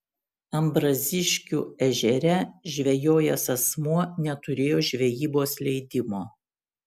ambraziškių ežere žvejojęs asmuo neturėjo žvejybos leidimo